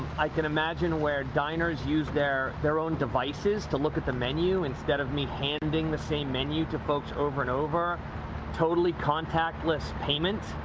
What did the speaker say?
i can imagine where diners use their their own devices to look at the menu instead of me handing the same menu to folks over and over totally contactless payment.